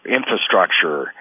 infrastructure